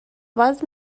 باز